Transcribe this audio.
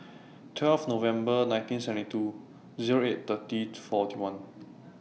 twelve November nineteen seventy two Zero eight thirty forty one